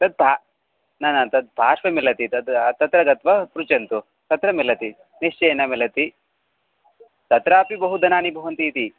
तद् न न तद् पार्श्वे मिलति तद् तत्र गत्वा पृच्छन्तु तत्र मिलति निश्चयेन मिलति तत्रापि बहु धनानि भवन्ति इति